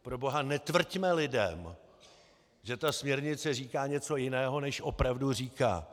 Proboha, netvrďme lidem, že ta směrnice říká něco jiného, než opravdu říká!